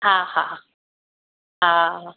हा हा हा